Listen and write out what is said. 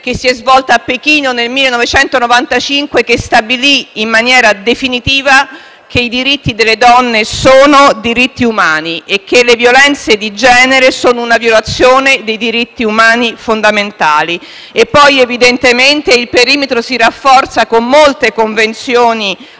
che si è svolta a Pechino nel 1995, che stabilì in maniera definitiva che i diritti delle donne sono diritti umani e che le violenze di genere sono una violazione dei diritti umani fondamentali. Evidentemente, poi, il perimetro si rafforza con molte convenzioni